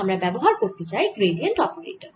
আমরা ব্যবহার করতে চাই গ্র্যাডিয়েন্ট অপারেটর